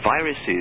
viruses